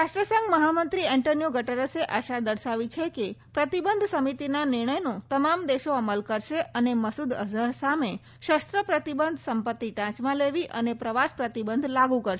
રાષ્ટ્રસંઘ મહામંત્રી Antonio Guterres આશા દર્શાવી છે કે પ્રતિબંધ સમિતિના નિર્ણયનો તમામ દેશો અમલ કરશે અને મસૂદ અઝહર સામે શસ્ત્ર પ્રતિબંધ સંપત્તિ ટાંચમા લેવી અને પ્રવાસ પ્રતિબંધ લાગુ કરશે